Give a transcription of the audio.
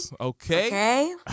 Okay